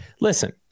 listen